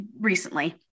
recently